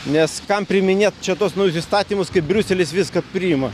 nes kam priiminėt čia tuos naujus įstatymus kai briuselis viską priima